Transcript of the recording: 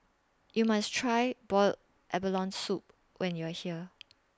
YOU must Try boiled abalone Soup when YOU Are here